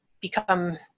become